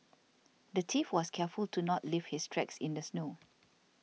the thief was careful to not leave his tracks in the snow